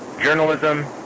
Journalism